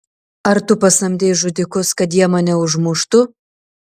ar tu pasamdei žudikus kad jie mane užmuštų